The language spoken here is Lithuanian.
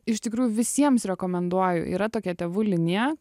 iš tikrųjų visiems rekomenduoju yra tokia tėvų linija